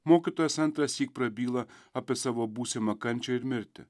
mokytojas antrąsyk prabyla apie savo būsimą kančią ir mirtį